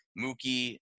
Mookie